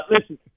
Listen